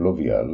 הפלוביאל